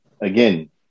Again